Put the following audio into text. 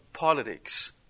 politics